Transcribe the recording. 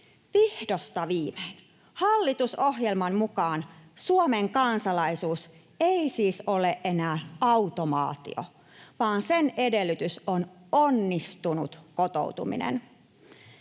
Vihdosta viimein hallitusohjelman mukaan Suomen kansalaisuus ei siis ole enää automaatio vaan sen edellytys on onnistunut kotoutuminen.